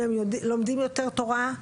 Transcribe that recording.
אם הם לומדים יותר תורה,